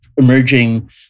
emerging